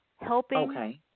helping